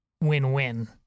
win-win